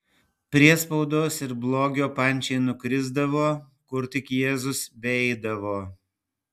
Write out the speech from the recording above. priespaudos ir blogio pančiai nukrisdavo kur tik jėzus beeidavo